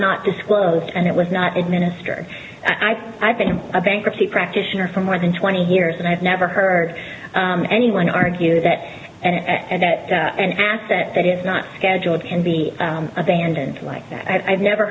not disclosed and it was not administer i think i've been a bankruptcy practitioner for more than twenty years and i've never heard anyone argue that and that an asset that is not scheduled can be abandoned like that i've never